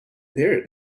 parrot